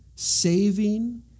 Saving